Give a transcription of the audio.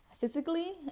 physically